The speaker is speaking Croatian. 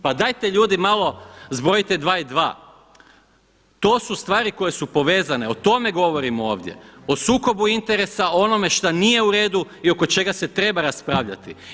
Pa dajte ljudi malo zbrojite dva i dva, to su stvari koje su povezane o tome govorimo ovdje, o sukobu interesa, o onome šta nije uredu i oko čega se treba raspravljati.